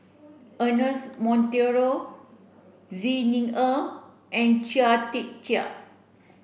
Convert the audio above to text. Ernest Monteiro Xi Ni Er and Chia Tee Chiak